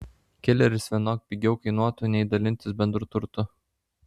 kileris vienok pigiau kainuotų nei dalintis bendru turtu